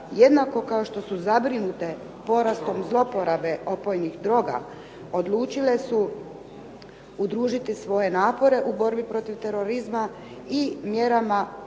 jednako kao što su zabrinute porastom zloporabe opojnih droga, odlučile su udružiti svoje napore u borbi protiv terorizma i mjerama za